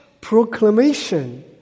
proclamation